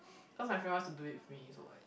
cause my friend wants to do it with me so like